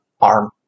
arm